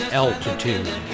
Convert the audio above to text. altitude